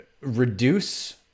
reduce